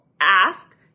ask